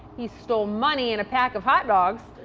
he stole money and a pack of hot dogs.